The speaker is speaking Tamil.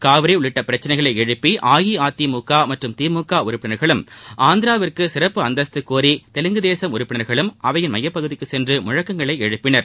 காவிரி உள்ளிட்ட பிரச்சினைகளை எழுப்பி அஇஅதிமுக மற்றும் திமுக உறுப்பினர்களும் ஆந்திராவிற்கு சிறப்பு அந்தஸ்து கோரி தெலுங்கு தேசம் உறுப்பினா்களும் அவையின் மையப்பகுதிக்குச் சென்று முழக்கங்களை எழுப்பினர்